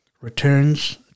Returns